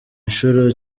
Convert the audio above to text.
nshuro